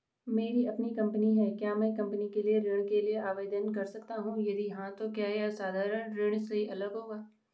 मेरी अपनी कंपनी है क्या मैं कंपनी के लिए ऋण के लिए आवेदन कर सकता हूँ यदि हाँ तो क्या यह साधारण ऋण से अलग होगा?